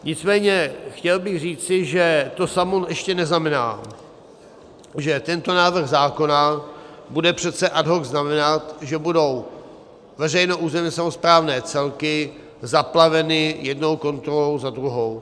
Nicméně chtěl bych říci, že to samo ještě neznamená, že tento návrh zákona bude přece ad hoc znamenat, že budou veřejné územně samosprávné celky zaplaveny jednou kontrolou za druhou.